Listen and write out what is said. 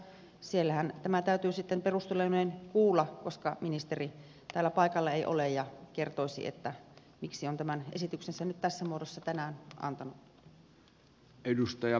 siellähän tämä täytyy sitten perusteluineen kuulla koska ministeri täällä paikalla ei ole kertomassa miksi on tämän esityksensä nyt tässä muodossa tänään antanut